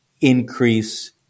increase